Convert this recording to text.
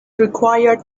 required